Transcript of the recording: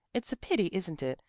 it's a pity, isn't it,